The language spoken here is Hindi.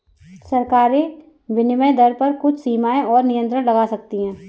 सरकारें विनिमय दर पर कुछ सीमाएँ और नियंत्रण लगा सकती हैं